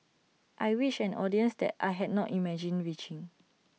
I reached an audience that I had not imagined reaching